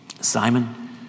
Simon